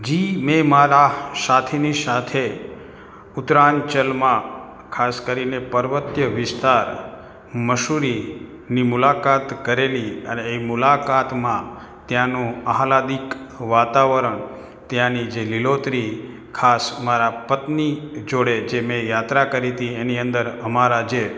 જી મેં મારા સાથીની સાથે ઉત્તરાંચલમાં ખાસ કરીને પવર્તિય વિસ્તાર મસુરીની મુલાકાત કરેલી અને એ મુલાકાતમાં ત્યાંનું આહ્લાદક વાતાવરણ ત્યાંની જે લીલોતરી ખાસ મારા પત્ની જોડે મેં યાત્રા કરી હતી એની અંદર અમારા જે